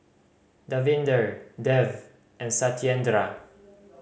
Davinder Dev and Satyendra